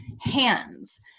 hands